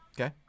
Okay